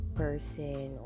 person